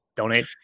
Donate